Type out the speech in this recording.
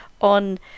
on